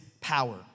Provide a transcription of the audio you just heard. power